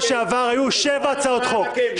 את האמת תגיד, שבוע שעבר היו שבע הצעות חוק.